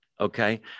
Okay